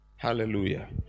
Hallelujah